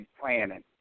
planning